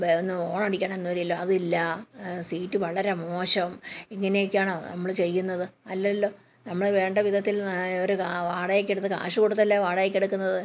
അതിന്ന് ഹോണടിക്കാൻ എന്നൊരിതില്ലാ അതില്ലാ സീറ്റ് വളരെ മോശം ഇങ്ങനയൊക്കെയാണ് നമ്മൾ ചെയ്യുന്നത് അല്ലല്ലോ നമ്മൾ വേണ്ട വിധത്തിൽ ഒരു കാറ് വാടകയ്ക്ക് എടുത്ത് കാശ് കൊടുത്തതല്ലേ വാടകയ്ക്ക് എടുക്കുന്നത്